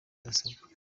mudasobwa